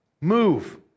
move